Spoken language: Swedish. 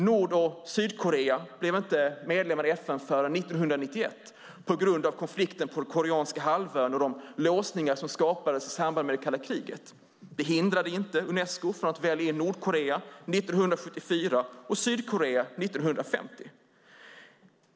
Nord och Sydkorea blev inte medlemmar i FN förrän 1991 på grund av konflikten på koreanska halvön och de låsningar som skapades i samband med kalla kriget. Det hindrade inte Unesco från att välja in Nordkorea 1974 och Sydkorea 1950.